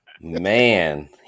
Man